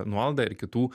nuolaidą ir kitų